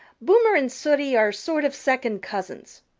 boomer and sooty are sort of second cousins.